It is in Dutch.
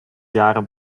jaren